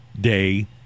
Day